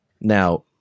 Now